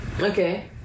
Okay